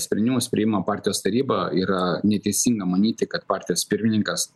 sprendimus priima partijos taryba yra neteisinga manyti kad partijos pirmininkas